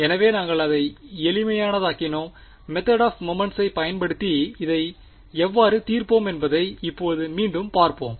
எனவே நாங்கள் அதை எளிமையானதாக்கினோம் மெதேட் ஆப் மொமெண்ட்ஸை பயன்படுத்தி இதை எவ்வாறு தீர்ப்போம் என்பதை இப்போது மீண்டும் பார்ப்போம்